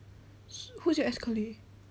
who's your ex-colleague